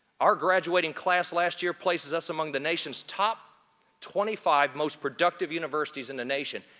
our graduating class last year places us among the nation's top twenty five most productive universities in the nation,